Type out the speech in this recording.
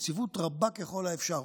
יציבות רבה ככל האפשר,